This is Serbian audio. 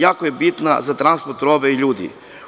Jako je bitna za transport robe i ljudi.